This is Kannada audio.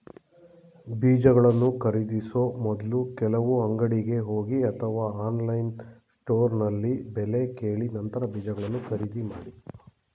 ಬೀಜಗಳನ್ನು ಖರೀದಿಸೋ ಮೊದ್ಲು ಕೆಲವು ಅಂಗಡಿಗೆ ಹೋಗಿ ಅಥವಾ ಆನ್ಲೈನ್ ಸ್ಟೋರ್ನಲ್ಲಿ ಬೆಲೆ ಕೇಳಿ ನಂತರ ಬೀಜಗಳನ್ನ ಖರೀದಿ ಮಾಡಿ